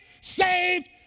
saved